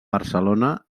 barcelona